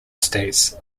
states